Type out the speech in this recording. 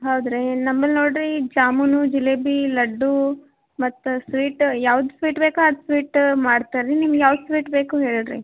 ಹೌದು ರೀ ನಮ್ಮಲ್ಲಿ ನೋಡಿರಿ ಜಾಮೂನು ಜಿಲೇಬಿ ಲಡ್ಡು ಮತ್ತು ಸ್ವೀಟ್ ಯಾವ್ದು ಸ್ವೀಟ್ ಬೇಕು ಅದು ಸ್ವೀಟ್ ಮಾಡ್ತಾರೆ ರೀ ನಿಮ್ಗೆ ಯಾವ್ದು ಸ್ವೀಟ್ ಬೇಕು ಹೇಳಿರಿ